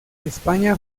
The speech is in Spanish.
españa